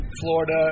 Florida